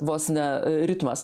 vos ne ritmas